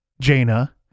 Jaina